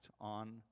on